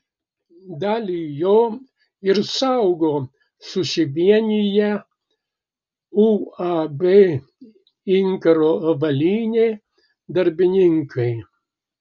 dalį jo ir saugo susivieniję uab inkaro avalynė darbininkai